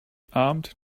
armed